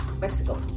Mexico